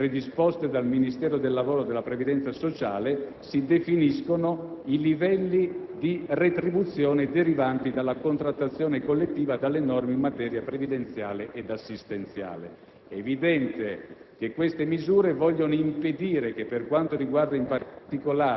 specifica, così come che periodicamente, attraverso apposite tabelle predisposte dal Ministero del lavoro e della previdenza sociale, si definiscono i livelli di retribuzione derivanti dalla contrattazione collettiva e dalle norme in materia previdenziale ed assistenziale.